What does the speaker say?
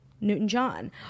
Newton-John